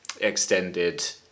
extended